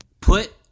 put